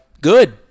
Good